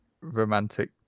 romantic